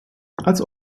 als